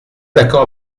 d’accord